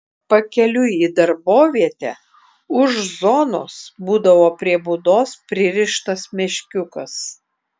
pakeliui į darbovietę už zonos būdavo prie būdos pririštas meškiukas